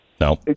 no